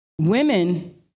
Women